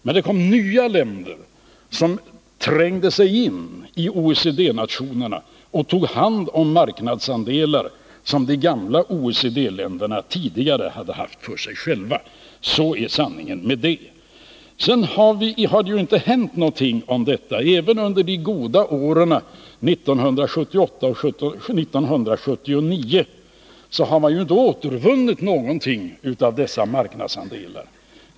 Men det kom nya länder som trängde sig in i OECD-nationerna och tog hand om marknadsandelar som de gamla OECD-länderna tidigare hade haft för sig själva. Sådan är sanningen. Sedan har det inte hänt någonting på det här området. Även under de goda åren 1978 och 1979 har man inte återvunnit någonting av dessa marknadsandelar.